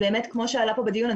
כמו שעלה פה בדיון,